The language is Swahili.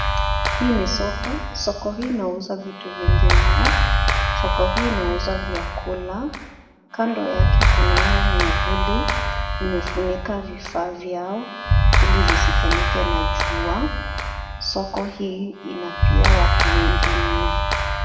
Hii ni soko. Soko hii inauza vitu vingi mno. Soko hii inauza vyakula. Kando yake kunayo miavuli imefunika vifaa vyao ili zisichomeke na jua. Soko hii ina pia watu wengi mno.